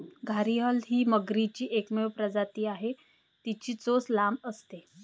घारीअल ही मगरीची एकमेव प्रजाती आहे, तिची चोच लांब असते